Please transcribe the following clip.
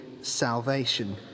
salvation